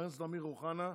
חבר הכנסת אמיר אוחנה,